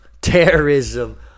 terrorism